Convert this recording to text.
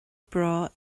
breá